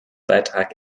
beitrag